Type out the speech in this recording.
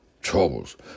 troubles